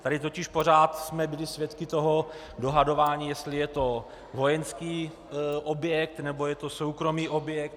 Tady totiž pořád jsme byli svědky dohadování, jestli je to vojenský objekt, nebo je to soukromý objekt.